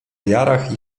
jarach